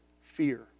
fear